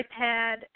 iPad